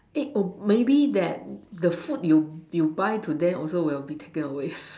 eh oh maybe that the food you you buy today also will be taken away